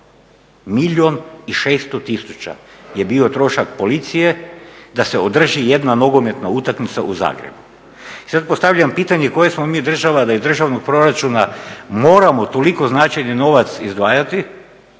Milijun i 600 tisuća je bio trošak policije da se održi jedna nogometna utakmica u Zagrebu. I sad postavljam pitanje koja smo mi država da iz državnog proračuna moramo toliko značajni novac izdvajati